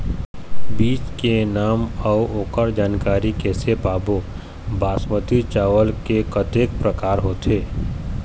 बीज के नाम अऊ ओकर जानकारी कैसे पाबो बासमती चावल के कतेक प्रकार होथे?